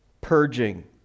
purging